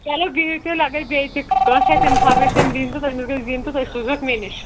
چلو بِہِو تیٚلہِ اگر بیٚیہِ تہِ کٲنٛسہِ آسہِ اِنفارمیشَن دِنۍ تہٕ تٔمِس گژھِ دِنۍ تہٕ تُہۍ سوٗزیکھ مےٚ نِش